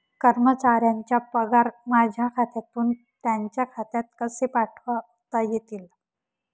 कर्मचाऱ्यांचे पगार माझ्या खात्यातून त्यांच्या खात्यात कसे पाठवता येतील?